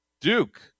Duke